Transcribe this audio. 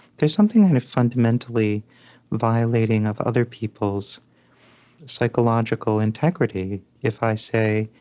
there's something kind of fundamentally violating of other people's psychological integrity if i say,